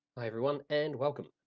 hi everyone and welcome.